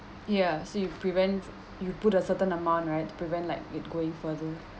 ya so you prevent you put a certain amount right to prevent like it going further